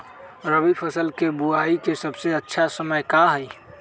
रबी फसल के बुआई के सबसे अच्छा समय का हई?